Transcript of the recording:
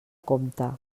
compte